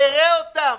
בבקשה,